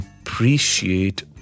appreciate